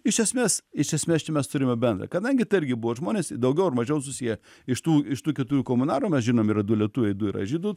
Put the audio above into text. iš esmės iš esmės čia mes turime bendrą kadangi tai irgi buvo žmonės daugiau ar mažiau susiję iš tų iš tų keturių komunarų mes žinom yra du lietuviai du yra žydų